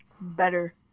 Better